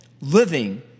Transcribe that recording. living